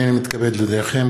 הנני מתכבד להודיעכם,